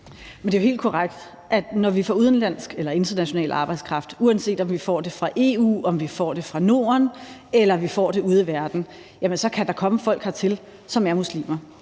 Det er jo helt korrekt, at når vi får udenlandsk eller international arbejdskraft – uanset om vi får den fra EU, om vi får den fra Norden, eller om vi får den ude fra verden – kan der komme folk hertil, som er muslimer.